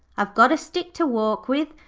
i've got a stick to walk with.